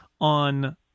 on